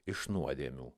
iš nuodėmių